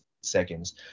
seconds